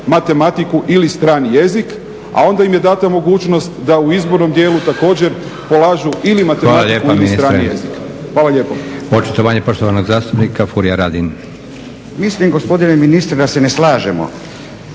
Hvala lijepa ministre.